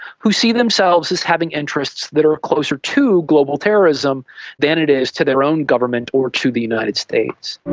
who see themselves as having interests that are closer to global terrorism than it is to their own government or to the united states.